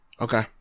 Okay